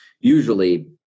usually